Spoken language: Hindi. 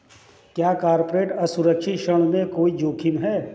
क्या कॉर्पोरेट असुरक्षित ऋण में कोई जोखिम है?